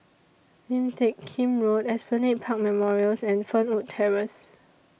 Lim Teck Kim Road Esplanade Park Memorials and Fernwood Terrace